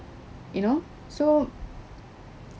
you know so